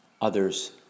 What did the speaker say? others